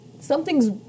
something's